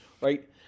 right